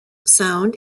sound